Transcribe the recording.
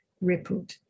rippled